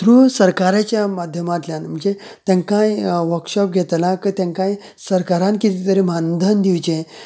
through सरकाराच्या माध्यमातल्यान तांकांय वर्कशॉप घेतल्याकय सरकारान कितें तरी मानधन दिवचे